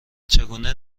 چگونه